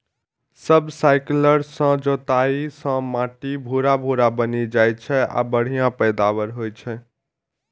subsoiler सं जोताइ सं माटि भुरभुरा बनि जाइ छै आ बढ़िया पैदावार होइ छै